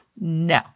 No